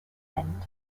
end